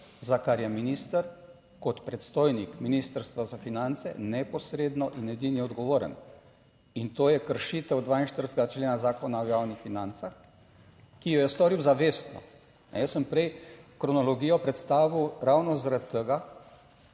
za kar je minister kot predstojnik Ministrstva za finance neposredno in edini odgovoren. In to je kršitev 42. člena Zakona o javnih financah, ki jo je storil zavestno. Jaz sem prej kronologijo predstavil ravno zaradi tega,